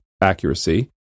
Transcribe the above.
accuracy